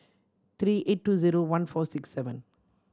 three eight two zero one four six seven